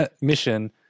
mission